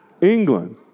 England